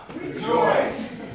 Rejoice